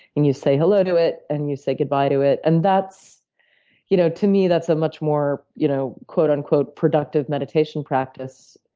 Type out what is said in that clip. and you say hello to it, and you say goodbye to it. and, you know to me, that's a much more, you know quote, unquote, productive meditation practice.